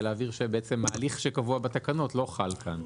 להבהיר שההליך שקבוע בתקנות לא חל כאן.